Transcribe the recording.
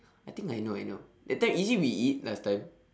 I think I know I know that time is it we eat last time